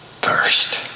first